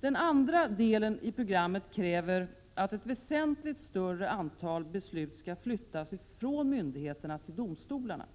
Den andra delen i programmet kräver att ett väsentligt större antal beslut skall flyttas från myndigheterna till domstolarna.